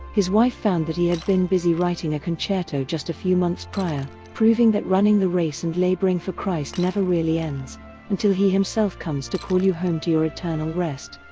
his wife found that he had been busy writing a concerto just a few months prior, proving that running the race and laboring for christ never really ends until he himself comes to call you home to your eternal rest.